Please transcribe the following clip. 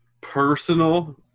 personal